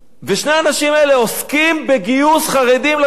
שני האנשים האלה עוסקים בגיוס חרדים לצבא.